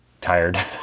tired